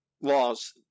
laws